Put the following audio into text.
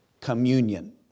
communion